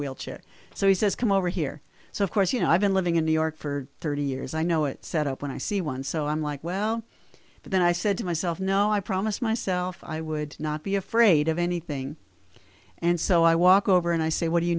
wheelchair so he says come over here so of course you know i've been living in new york for thirty years i know it set up when i see one so i'm like well but then i said to myself no i promised myself i would not be afraid of anything and so i walk over and i say what do you